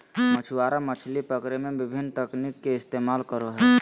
मछुआरा मछली पकड़े में विभिन्न तकनीक के इस्तेमाल करो हइ